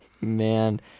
Man